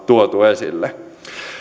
tuotu esille